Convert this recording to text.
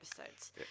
episodes